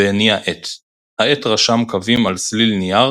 והניעה עט; העט רשם קווים על סליל נייר